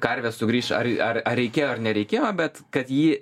karvė sugrįš ar ar reikėjo ar nereikėjo bet kad ji